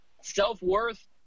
Self-worth